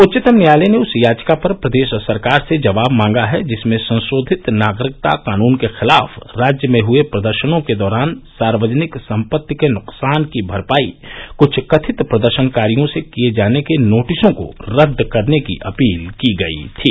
उच्चतम न्यायालय ने उस याचिका पर प्रदेश सरकार से जवाब मांगा है जिसमें संशोधित नागरिकता कानून के खिलाफ राज्य में हुए प्रदर्शनों के दौरान सार्वजनिक सम्पति के नुकसान की भरपाई कुछ कथित प्रदर्शनकारियों से किये जाने के नोटिसों को रद्द करने की अपील की गई थी